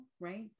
right